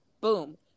boom